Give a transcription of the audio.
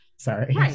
Sorry